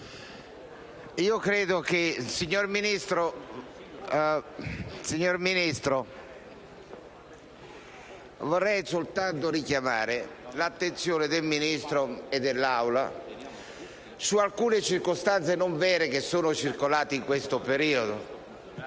XVII)*. Signor Presidente, vorrei soltanto richiamare l'attenzione del Ministro e dell'Aula su alcune circostanze non vere che sono circolate in questo periodo.